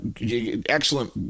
Excellent